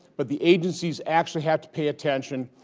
but the agencies actually have to pay attention,